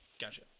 Gotcha